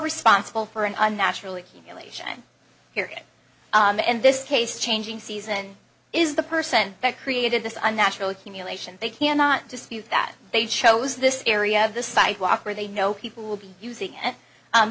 responsible for an unnaturally cumulation here it and this case changing season is the person that created this unnatural accumulation they cannot dispute that they chose this area of the sidewalk where they know people will be using it